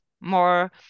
more